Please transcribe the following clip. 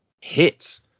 hits